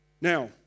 Now